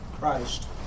Christ